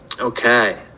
Okay